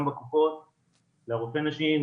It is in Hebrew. גם בקופות החולים לרפואי נשים,